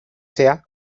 sea